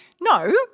no